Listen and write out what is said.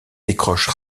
décroche